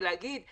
להגיד: